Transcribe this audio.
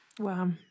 Wow